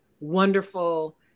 wonderful